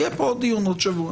יהיה פה עוד דיון עוד שבוע.